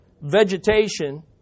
vegetation